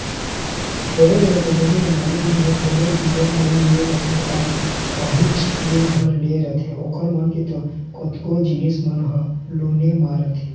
बड़े बड़े कंपनी के मालिक मन ह घलोक बिकट लोन ले रहिथे अऊ काहेच दिन बर लेय रहिथे ओखर मन के तो कतको जिनिस मन ह लोने म रहिथे